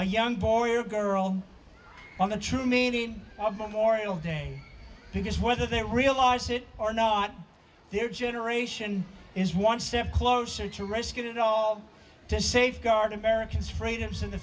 a young boy or girl on the true meaning of memorial day because whether they realize it or not their generation is one step closer to risk it all to safeguard americans freedoms in the